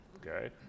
okay